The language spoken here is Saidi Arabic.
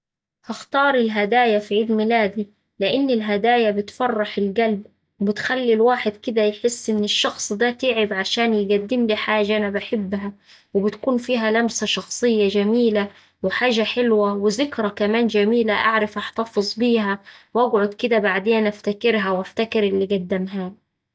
هختار الهدايا في عيد ميلادي لإن الهدايا بتفرح القلب وبتخلي الواحد كدا يحس إن الشخص دا تعب عشان يقدملي حاجة أنا بحبها وبتكون فيها لمسة شخصية جميلة وحاجة حلوة وذكرى كمان جميلة أعرف أحتفظ بيها وأقعد كدا بعدين أفتكرها وأفتكر اللي قدمهالي.